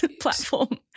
platform